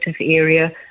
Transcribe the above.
area